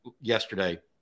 yesterday